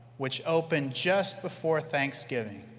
which opened just before thanksgiving.